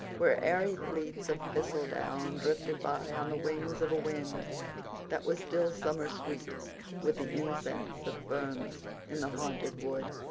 where airy fleets of thistledown drifted by on the wings of a wind that was still summer-sweet with the incense of ferns in the haunted wood.